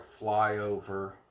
flyover